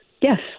Yes